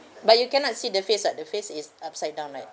but you cannot see the face [what] the face is upside down right